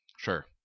Sure